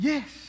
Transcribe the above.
Yes